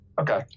Okay